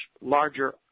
larger